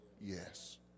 yes